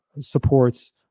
supports